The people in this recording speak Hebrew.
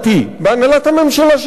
בהנהלת הממשלה שלך.